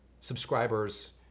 subscribers